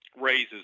raises